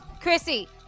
Chrissy